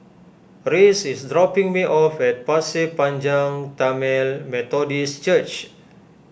Rhys is dropping me off at Pasir Panjang Tamil Methodist Church